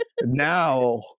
now